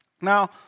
Now